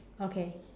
okay